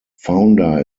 founder